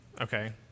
Okay